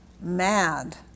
mad